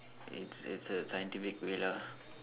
it's it's a scientific way lah